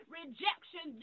rejection